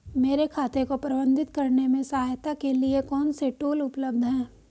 मेरे खाते को प्रबंधित करने में सहायता के लिए कौन से टूल उपलब्ध हैं?